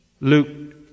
Luke